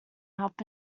help